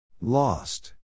Lost